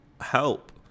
help